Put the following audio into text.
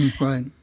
Right